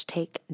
Take